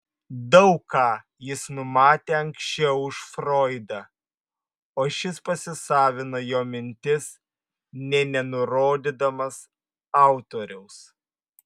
daug ką jis numatė anksčiau už froidą o šis pasisavino jo mintis nė nenurodydamas autoriaus